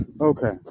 Okay